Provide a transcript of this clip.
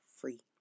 free